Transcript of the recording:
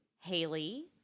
Haley